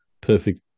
perfect